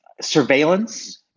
surveillance